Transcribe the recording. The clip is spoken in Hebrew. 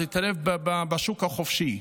תתערב בשוק החופשי,